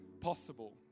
possible